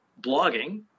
blogging